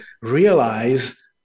realize